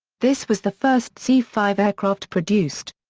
this was the first c five aircraft produced.